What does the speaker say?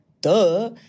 Duh